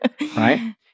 right